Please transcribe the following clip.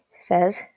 says